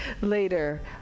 later